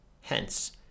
hence